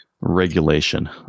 Regulation